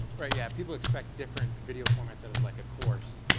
right, yeah, people expect different video formats out of like a course.